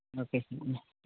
okay